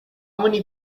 many